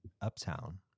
Uptown